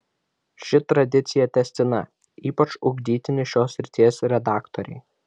ši tradicija tęstina ypač ugdytini šios srities redaktoriai